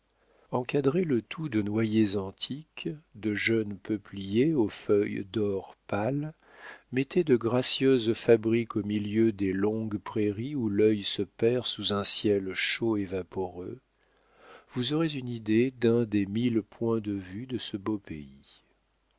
encadrez le tout de noyers antiques de jeunes peupliers aux feuilles d'or pâle mettez de gracieuses fabriques au milieu des longues prairies où l'œil se perd sous un ciel chaud et vaporeux vous aurez une idée d'un des mille points de vue de ce beau pays